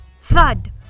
thud